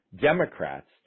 Democrats